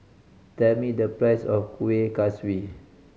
tell me the price of Kuih Kaswi